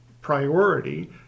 priority